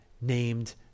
named